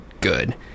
good